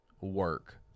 work